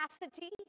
capacity